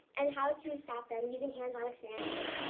and how to stop, then using hands-on experiences.